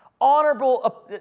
honorable